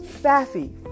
sassy